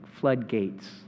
floodgates